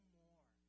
more